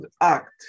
act